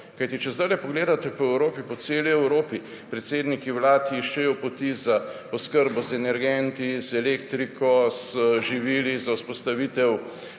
kajti če zdajle pogledate po Evropi, po celi Evropi predsedniki vlad iščejo poti za oskrbo z energenti, z elektriko, z živili, za vzpostavitev